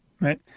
right